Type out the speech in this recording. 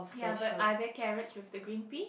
ya but are there carrots with the green pea